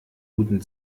guten